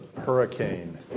hurricane